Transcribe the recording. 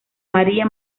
maría